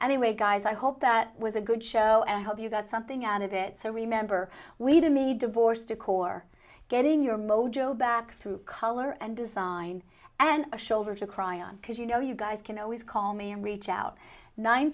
a guy's i hope that was a good show and i hope you got something out of it so remember we don't need divorce decor getting your mojo back through color and design and a shoulder to cry on because you know you guys can always call me and reach out nine